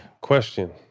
Question